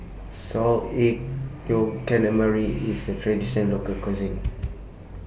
Salted Egg Yolk Calamari IS A Traditional Local Cuisine